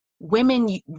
women